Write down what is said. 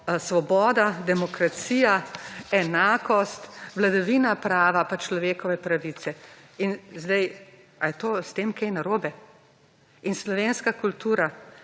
svoboda, demokracija, enakost, vladavina prava pa človekove pravice. Ali je s tem kaj narobe? In slovenska kultura.